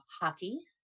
hockey